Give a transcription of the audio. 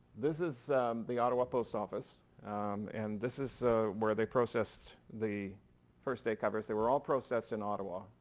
this is the ottawa post office and this is where they processed the first day covers. they were all processed in ottawa.